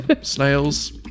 Snails